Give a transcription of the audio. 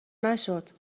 نشد